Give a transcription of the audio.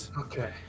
okay